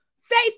Faith